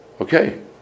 Okay